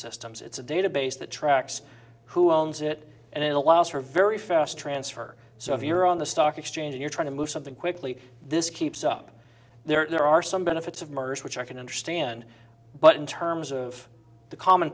systems it's a database that tracks who owns it and it allows for very fast transfer so if you're on the stock exchange you're trying to move something quickly this keeps up there are some benefits of mergers which i can understand but in terms of the common